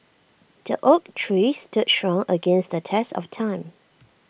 the oak tree stood strong against the test of time